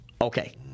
Okay